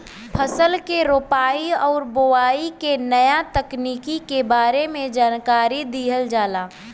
फसल के रोपाई आउर बोआई के नया तकनीकी के बारे में जानकारी दिहल जाला